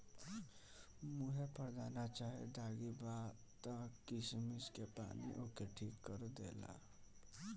मुहे पर दाना चाहे दागी बा त किशमिश के पानी ओके ठीक कर देला